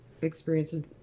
experiences